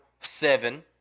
seven